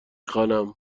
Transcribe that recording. خوانم